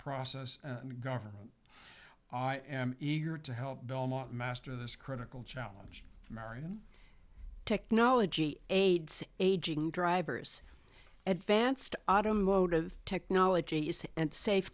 process and government i am eager to help belmont master this critical challenge american technology aids aging drivers advanced automotive technology is unsafe